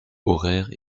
horaires